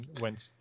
went